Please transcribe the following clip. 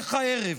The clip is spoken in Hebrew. בהמשך הערב